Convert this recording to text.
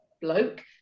bloke